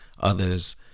others